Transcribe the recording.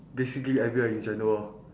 basically everywhere in general